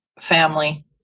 family